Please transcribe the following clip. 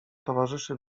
towarzyszy